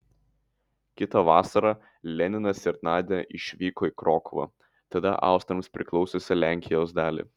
kitą vasarą leninas ir nadia išvyko į krokuvą tada austrams priklausiusią lenkijos dalį